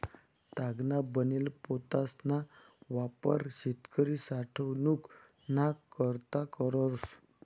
तागना बनेल पोतासना वापर शेतकरी साठवनूक ना करता करस